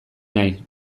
nahi